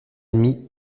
ennemies